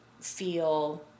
feel